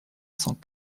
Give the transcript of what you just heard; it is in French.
cent